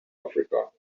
africa